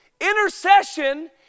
Intercession